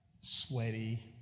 sweaty